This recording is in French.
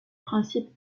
principes